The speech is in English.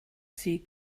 sea